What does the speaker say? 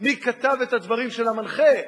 מי כתב את הדברים של המנחה,